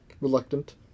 reluctant